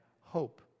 hope